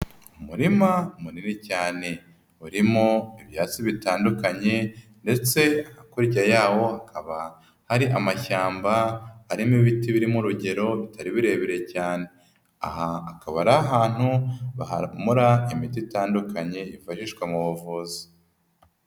Umurima munini cyane urimo ibyatsi bitandukanye ndetse hakurya yawo aba hari amashyamba arimo ibiti biri mu rugero bitari birebire cyane. Aha akaba ari ahantu bahamura imiti itandukanye yifashishwa mu buvuzi.